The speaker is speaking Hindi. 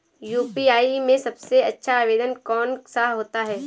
यू.पी.आई में सबसे अच्छा आवेदन कौन सा होता है?